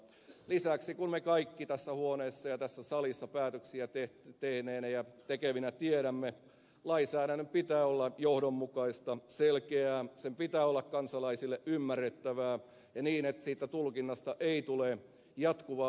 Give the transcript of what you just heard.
lisäksi me kaikki tässä huoneessa ja tässä salissa päätöksiä tehneinä ja tekevinä tiedämme että lainsäädännön pitää olla johdonmukaista selkeää sen pitää olla kansalaisille ymmärrettävää ja niin että siitä tulkinnasta ei tule jatkuvaa oikeusprosessia